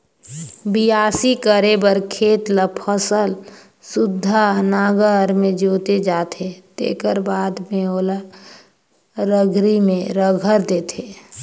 बियासी करे बर खेत ल फसल सुद्धा नांगर में जोते जाथे तेखर बाद में ओला रघरी में रघर देथे